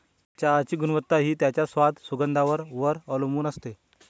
चहाची गुणवत्ता हि त्याच्या स्वाद, सुगंधावर वर अवलंबुन असते